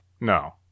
No